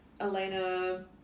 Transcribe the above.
Elena